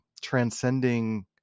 transcending